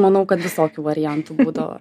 manau kad visokių variantų būdavo